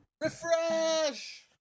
Refresh